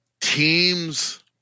teams